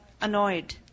Annoyed